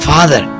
Father